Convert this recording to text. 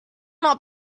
not